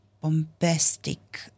bombastic